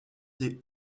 des